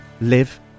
live